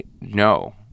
no